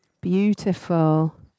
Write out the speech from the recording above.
beautiful